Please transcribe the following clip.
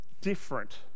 different